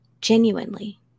Genuinely